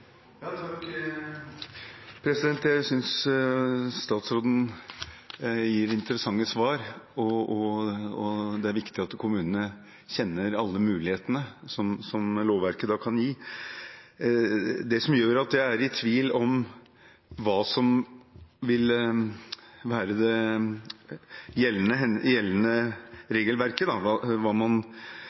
Jeg synes statsråden gir interessante svar, og det er viktig at kommunene kjenner alle mulighetene som lovverket kan gi. Det som gjør at jeg er i tvil om hva som vil være det gjeldende regelverket, hva man må operere innenfor når man